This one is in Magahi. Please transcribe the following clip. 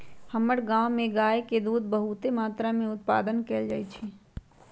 हमर गांव में गाय के दूध बहुते मत्रा में उत्पादन कएल जाइ छइ